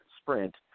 sprint